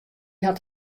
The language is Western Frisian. hat